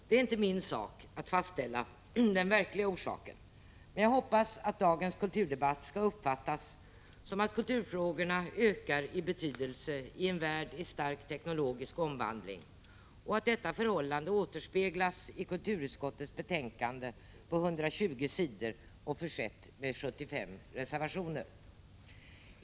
Det är inte min sak att fastställa den verkliga orsaken, men jag hoppas att dagens kulturdebatt skall uppfattas som att kulturfrågorna ökar i betydelse i en värld i stark teknologisk omvandling och att detta förhållande återspeglas i KrU:s betänkande på 120 sidor, försett med 75 reservationer.